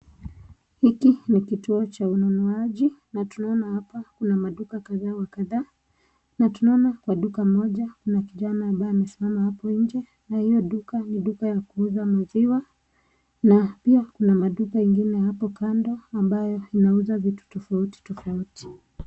Hiki ni kituo cha ununuaji na tunaona hapa kuna maduka kadha wa kadha na tunaona kwa duka moja kuna kijana ambaye amesimama hapo nje na hiyo duka ni duka ya kuuza maziwa na pia maduka mengine hapo kando ambayo inauza vitu tofautitofauti.